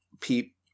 peep